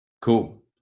cool